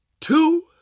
two